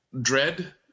dread